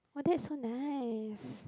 !wah! that's so nice